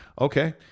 okay